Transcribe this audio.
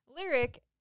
Lyric